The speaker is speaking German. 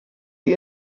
die